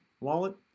wallet